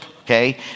Okay